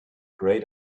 great